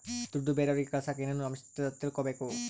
ದುಡ್ಡು ಬೇರೆಯವರಿಗೆ ಕಳಸಾಕ ಏನೇನು ಅಂಶ ತಿಳಕಬೇಕು?